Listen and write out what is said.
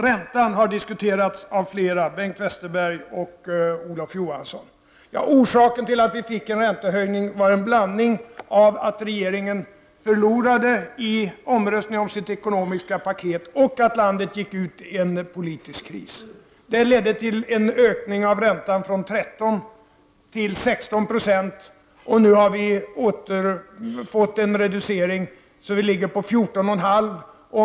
Räntan har diskuterats av Bengt Westerberg och Olof Johansson. Orsakerna till att vi fick en räntehöjning var att regeringen förlorade i omröstningen om det ekonomiska paketet och att landet gick ut i en politisk kris. Det ledde till en ökning av räntan från 13 till 16 96. Vi har nu fått en reducering med följden att räntan ligger på 14,5 26.